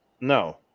No